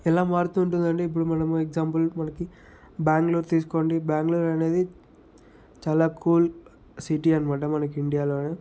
ఎలా మారుతుందనే ఇప్పుడు మనం ఎగ్సాంపుల్ మనకి బ్యాంగ్లూర్ తీసుకోండి బ్యాంగ్లూర్ అనేది చాలా కూల్ సిటీ అనమాట మనకి ఇండియాలోనే